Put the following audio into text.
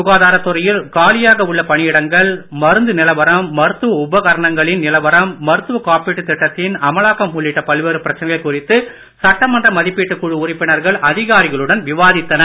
சுகாதாரத் துறையில் காலியாக உள்ள பணியிடங்கள் மருந்து நிலவரம் மருத்துவ உபகரணங்களின் நிலவரம் மருத்துவக் காப்பீட்டு திட்டத்தின் அமலாக்கம் உள்ளிட்ட பல்வேறு பிரச்சனைகள் குறித்து சட்டமன்ற மதிப்பீட்டுக் குழு உறுப்பினர்கள் அதிகாரிகளுடன் விவாதித்தனர்